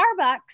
Starbucks